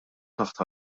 taħt